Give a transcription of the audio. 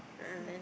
a'ah